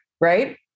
Right